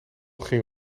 ging